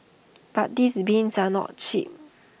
but these bins are not cheap